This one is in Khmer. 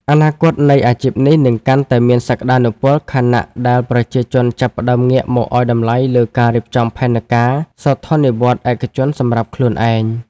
អនាគតនៃអាជីពនេះនឹងកាន់តែមានសក្ដានុពល ខណៈដែលប្រជាជនចាប់ផ្ដើមងាកមកឱ្យតម្លៃលើការរៀបចំផែនការសោធននិវត្តន៍ឯកជនសម្រាប់ខ្លួនឯង។